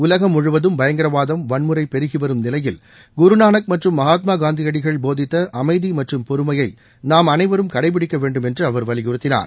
உலகம் முழுவதும் பயங்கரவாதம் வன்முறை பெருகிவரும் நிலையில் குருநானக் மற்றும் மகாத்மா காந்தியடிகள் போதித்த அமைதி மற்றும் பொறுமையை நாம் அனைவரும் கடைபிடிக்க வேண்டும் என்று அவர் வலியுறுத்தினார்